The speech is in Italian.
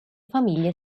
famiglie